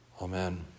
Amen